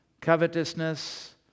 covetousness